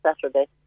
saturday